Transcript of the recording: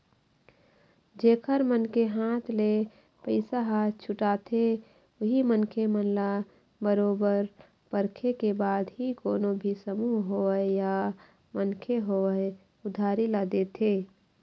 जेखर मन के हाथ ले पइसा ह छूटाथे उही मनखे मन ल बरोबर परखे के बाद ही कोनो भी समूह होवय या मनखे होवय उधारी ल देथे